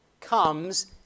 comes